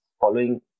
following